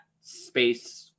space